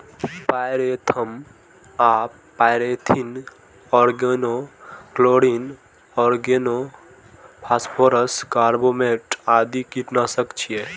pyrethrum आ pyrethrin, organochlorine, organophosphorus, carbamate आदि कीटनाशक छियै